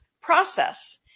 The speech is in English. process